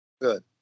Good